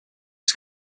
was